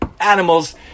animals